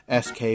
sk